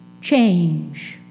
change